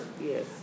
Yes